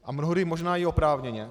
A mnohdy možná i oprávněně.